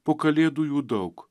po kalėdų jų daug